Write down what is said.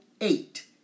eight